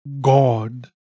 God